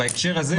בהקשר הזה,